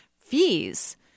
fees